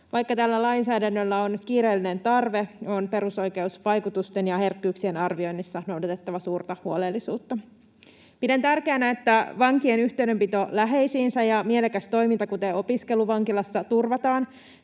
Vaikka tällä lainsäädännöllä on kiireellinen tarve, on perusoikeusvaikutusten ja ‑herkkyyksien arvioinnissa noudatettava suurta huolellisuutta. Pidän tärkeänä, että vankien yhteydenpito läheisiinsä ja mielekäs toiminta, kuten opiskelu, vankilassa turvataan.